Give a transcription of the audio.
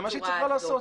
זה מה שהיא צריכה לעשות.